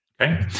Okay